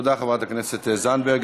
תודה, חברת הכנסת זנדברג.